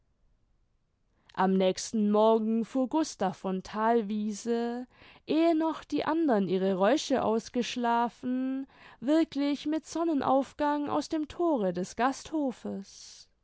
am nächsten morgen fuhr gustav von thalwiese ehe noch die andern ihre räusche ausgeschlafen wirklich mit sonnenaufgang aus dem thore des gasthofes